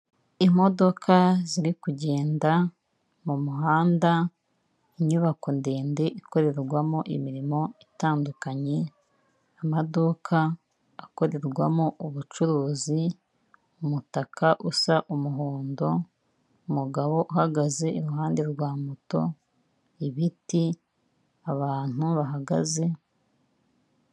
Imodoka ziri kugenda mu muhanda, inyubako ndende ikorerwamo imirimo itandukanye, amaduka akorerwamo ubucuruzi umutaka usa umuhondo, umugabo uhagaze iruhande rwa moto, ibiti, abantu bahagaze.